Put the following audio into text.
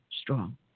strong